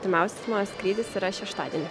artimiausias mano skrydis yra šeštadienį